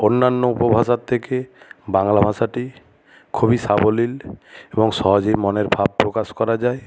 অন্যান্য উপভাষার থেকে বাংলা ভাষাটি খুবই সাবলীল এবং সহজেই মনের ভাব প্রকাশ করা যায়